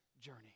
journey